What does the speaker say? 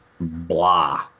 blah